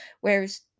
Whereas